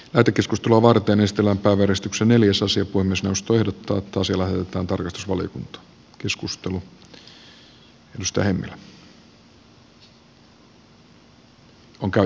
nato keskustelua varten ystävänpäiväristuksen neljäsosa kunnostustulehduttaa toisilleen ventory svolin miten on kai